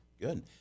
good